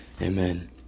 Amen